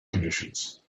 conditions